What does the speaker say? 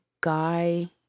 guy